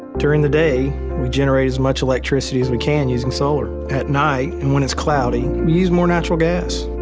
during the day we generate as much electricity as we can using solar. at night, and when it's cloudy, we use more natural gas.